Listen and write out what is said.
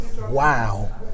wow